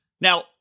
Now